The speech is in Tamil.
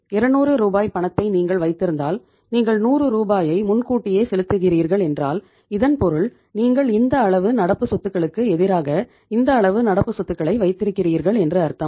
200 ரூபாய் பணத்தை நீங்கள் வைத்திருந்தால் நீங்கள் 100 ரூபாயை முன்கூட்டியே செலுத்துகிறீர்கள் என்றால் இதன் பொருள் நீங்கள் இந்த அளவு நடப்பு சொத்துகளுக்கு எதிராக இந்த அளவு நடப்பு சொத்துக்களை வைத்திருக்கிறீர்கள் என்று அர்த்தம்